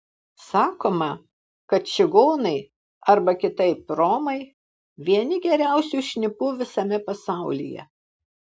sakoma kad čigonai arba kitaip romai vieni geriausių šnipų visame pasaulyje